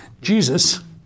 Jesus